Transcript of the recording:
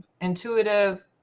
intuitive